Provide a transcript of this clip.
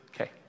Okay